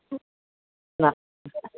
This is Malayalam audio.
ങാ